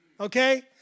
okay